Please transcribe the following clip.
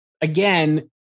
again